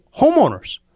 homeowners